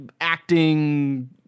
acting